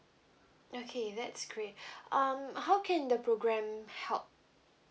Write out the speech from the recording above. okay that's great um how can the program help